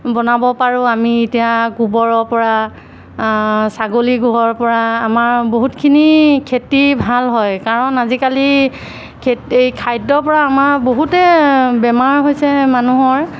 বনাব পাৰোঁ আমি এতিয়া গোবৰৰ পৰা ছাগলী গোবৰ পৰা আমাৰ বহুতখিনি খেতি ভাল হয় কাৰণ আজিকালি খে এই খাদ্যৰ পৰা আমাৰ বহুতে বেমাৰ হৈছে মানুহৰ